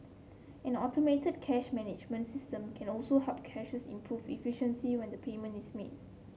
an automated cash management system can also help cashiers improve efficiency when the payment is made